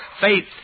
faith